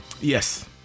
yes